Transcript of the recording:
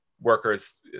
workers